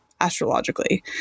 astrologically